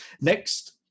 next